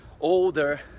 older